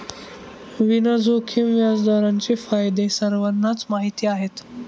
विना जोखीम व्याजदरांचे फायदे सर्वांनाच माहीत आहेत